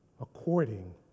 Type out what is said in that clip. according